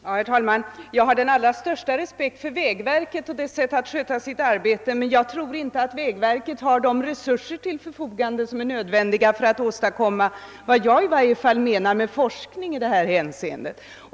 Herr talman! Jag har den allra största respekt för vägverket och dess sätt att sköta sitt arbete, men jag tror inte att vägverket har de resurser som är nödvändiga för att åstadkomma vad i varje fall jag menar med forskning i detta hänseende.